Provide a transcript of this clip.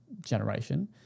generation